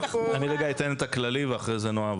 אני רגע אתן את הכללי, ואחרי זה תמשיכי, נועה.